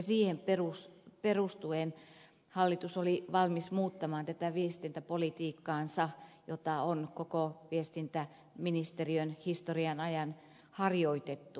siihen perustuen hallitus oli valmis muuttamaan tätä viestintäpolitiikkaansa jota on koko viestintäministeriön historian ajan harjoitettu